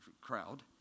crowd